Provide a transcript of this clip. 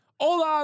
Hola